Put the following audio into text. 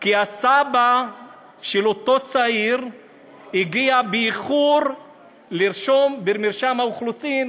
כי הסבא של אותו צעיר הגיע באיחור לרשום במרשם האוכלוסין,